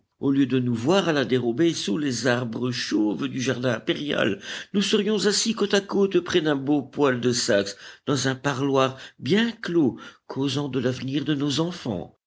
au lieu de nous voir à la dérobée sous les arbres chauves du jardin impérial nous serions assis côte à côte près d'un beau poêle de saxe dans un parloir bien clos causant de l'avenir de nos enfants